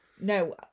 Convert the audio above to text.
No